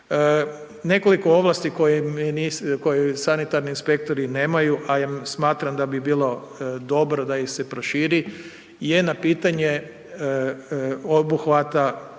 Nekoliko ovlasti koje sanitarni inspektori nemaju, a ja smatram da bi bilo dobro da ih se proširi je na pitanje obuhvata